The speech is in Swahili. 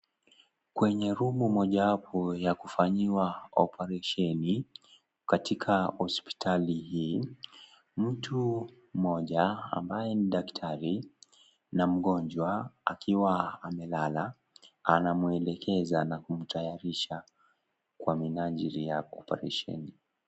Kwenye rumu mojawapo ya kufanyiwa operation katika hospitali hii, mtu mmoja ambaye ni daktari na mgonjwa akiwa amelala anamwelekeza na kumtayarisha kwa minajili ya operesheni.